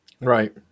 Right